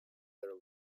their